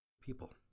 People